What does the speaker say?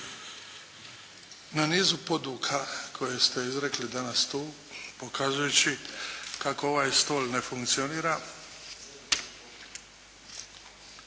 na nizu poduka koje ste izrekli danas tu pokazujući kako ovaj stol ne funkcionira.